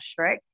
Shrek